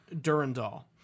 durandal